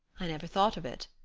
i never thought of it.